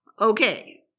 Okay